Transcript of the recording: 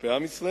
וכלפי עם ישראל.